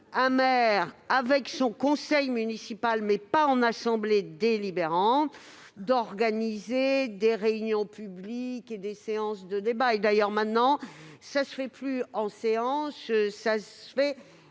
un maire, avec son conseil municipal, mais pas en assemblée délibérante, d'organiser des réunions publiques et des séances de débat. Cela se fait d'ailleurs non plus en séance, mais dans